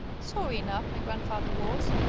sorry enough my grandfather was,